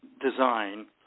design